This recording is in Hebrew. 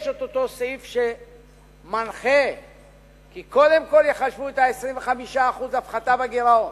יש אותו סעיף שמנחה כי קודם כול יחשבו את ה-25% הפחתה בגירעון,